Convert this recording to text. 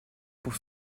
pour